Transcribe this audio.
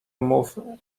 move